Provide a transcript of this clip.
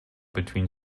between